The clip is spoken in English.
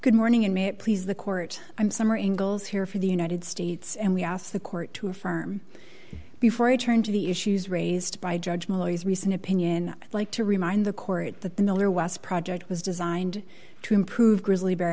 good morning and may it please the court i'm summer ingles here for the united states and we ask the court to affirm before i turn to the issues raised by judge malloy is recent opinion like to remind the court that the miller was project was designed to improve grizzly bear